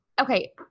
Okay